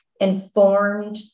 informed